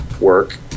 work